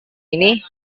ini